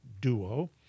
duo